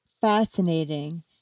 fascinating